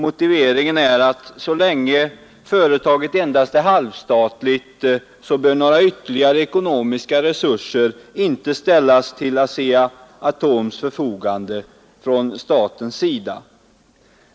Motiveringen är att så länge företaget endast är halvstatligt bör några ytterligare ekonomiska resurser inte ställas till ASEA-Atoms förfogande från statens sida.